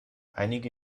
einige